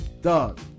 dog